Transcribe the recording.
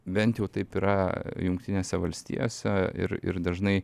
bent jau taip yra jungtinėse valstijose ir ir dažnai